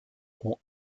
ont